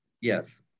yes